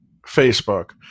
Facebook